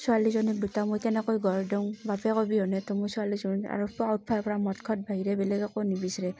ছোৱালীজনীক দুটা মই কেনেকৈ গঢ় দিওঁ বাপেক অবিহনেতো মই ছোৱালীজনী আৰু পুৱা উঠিবৰ পৰা মদ খোৱাত বাহিৰে বেলেগ একো নিবিচাৰে